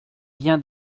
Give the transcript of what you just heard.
bien